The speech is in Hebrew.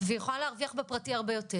והיא יכולה להרוויח בפרטי הרבה יותר,